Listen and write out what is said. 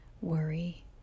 worry